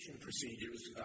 procedures